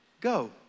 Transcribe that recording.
Go